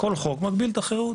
מגביל את החירות.